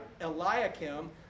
Eliakim